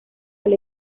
del